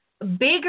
bigger